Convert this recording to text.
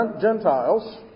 Gentiles